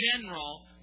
general